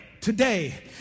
today